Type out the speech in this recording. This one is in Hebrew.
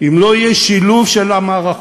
אם לא יהיה שילוב של המערכות.